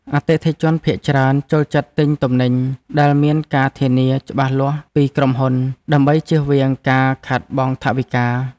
អតិថិជនភាគច្រើនចូលចិត្តទិញទំនិញដែលមានការធានាច្បាស់លាស់ពីក្រុមហ៊ុន ដើម្បីជៀសវាងការខាតបង់ថវិកា។